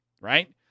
Right